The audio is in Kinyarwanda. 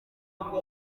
wabo